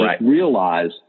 realize